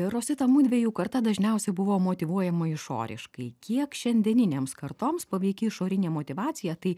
rosita mudviejų karta dažniausiai buvo motyvuojama išoriškai kiek šiandieninėms kartoms paveiki išorinė motyvacija tai